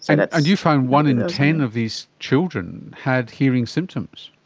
and and you found one in ten of these children had hearing symptoms.